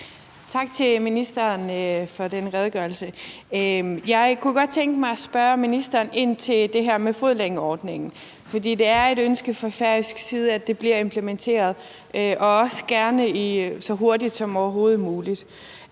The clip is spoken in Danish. Tak til ministeren for den redegørelse. Jeg kunne godt tænke mig at spørge ministeren ind til det her med fodlænkeordningen. For det er et ønske fra færøsk side, at det bliver implementeret og også gerne så hurtigt som overhovedet muligt.